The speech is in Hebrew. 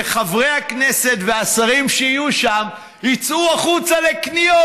וחברי הכנסת והשרים שיהיו שם יצאו החוצה לקניות,